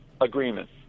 agreement